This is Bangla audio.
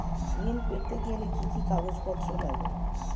ঋণ পেতে গেলে কি কি কাগজপত্র লাগে?